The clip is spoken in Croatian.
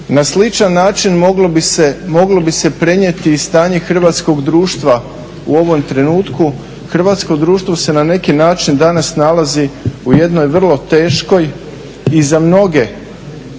Na sličan način moglo bi se prenijeti i stanje hrvatskog društva u ovom trenutku. Hrvatsko društvo se na neki način danas nalazi u jednoj vrlo teškoj i za mnoge